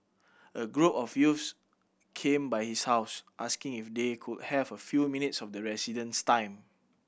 a group of youths came by his house asking if they could have a few minutes of the resident's time